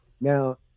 now